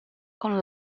con